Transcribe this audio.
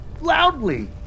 loudly